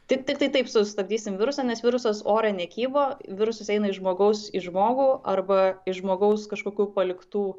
tik tiktai taip sustabdysim virusą nes virusas ore nekybo virusas eina iš žmogaus į žmogų arba iš žmogaus kažkokių paliktų